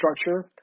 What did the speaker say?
structure